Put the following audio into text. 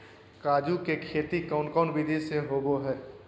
काजू के खेती कौन कौन विधि से होबो हय?